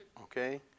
Okay